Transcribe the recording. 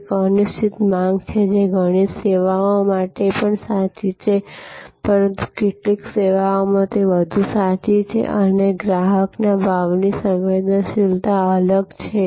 એક અનિશ્ચિત માંગ જે ઘણી સેવાઓ માટે પણ સાચી છે પરંતુ કેટલીક સેવાઓમાં તે વધુ સાચી છે અને ગ્રાહક ભાવની સંવેદનશીલતા અલગ છે